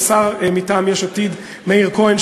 השר מטעם יש עתיד מאיר כהן,